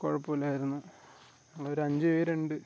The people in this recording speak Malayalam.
കുഴപ്പം ഇല്ലായിരുന്നു ഞങ്ങൾ ഒരു അഞ്ച് പേർ ഉണ്ട്